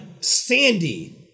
sandy